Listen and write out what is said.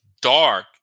dark